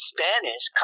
Spanish